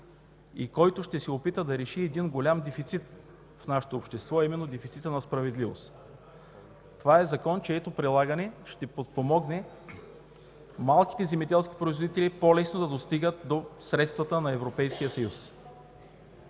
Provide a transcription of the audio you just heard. и който ще се опита да реши един голям дефицит в нашето общество, а именно дефицита на справедливост. Това е закон, чието прилагане ще подпомогне малките земеделски производители по-лесно да достигат до средствата на Европейския съюз.